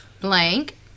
blank